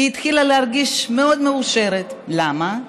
היא התחילה להרגיש מאוד מאושרת, למה?